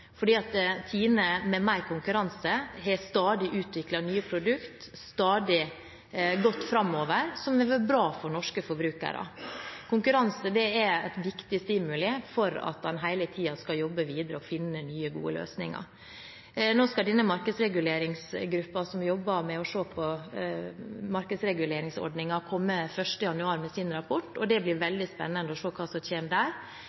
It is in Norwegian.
fordi med mer konkurranse har TINE stadig utviklet nye produkter, stadig gått framover, noe som har vært bra for norske forbrukere. Konkurranse gir viktige stimuli for at en hele tiden skal jobbe videre og finne nye, gode løsninger. Denne markedsreguleringsgruppen som jobber med å se på markedsreguleringsordninger, skal komme med sin rapport 1. juni, og det blir veldig spennende å se hva som kommer der.